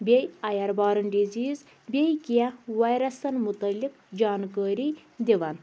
بیٚیہِ airborne disease بیٚیہِ کیٚنٛہہ وایرَسَن متعلق جانکٲری دِوان